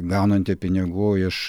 gaunanti pinigų iš